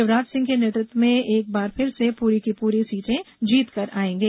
शिवराज सिंह के नेतृत्व में एक बार फिर से पूरी की पूरी सीटें जीतकर आएँगे